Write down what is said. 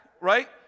right